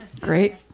Great